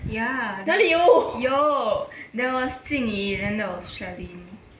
哪里有